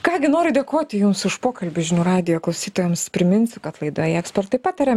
ką gi noriu dėkoti jums už pokalbį žinių radijo klausytojams priminsiu kad laidoj ekspertai pataria